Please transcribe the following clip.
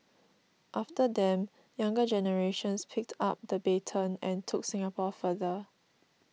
after them younger generations picked up the baton and took Singapore further